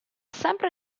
sempre